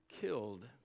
killed